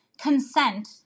consent